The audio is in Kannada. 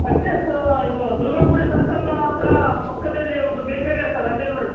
ಅಡ್ರೆಸ್ಸು ಇದು ದುರ್ಗಮ್ಮ ಗುಡಿ ಸರ್ಕಲ್ ಹತ್ತಿರ ಪಕ್ಕದಲ್ಲೇ ಒಂದು ಬೇಕ್ರೆ ಇದೆ ಸರ ಅಲ್ಲೇ ನೋಡಿರಿ